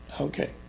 Okay